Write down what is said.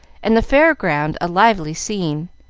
and the fair ground a lively scene.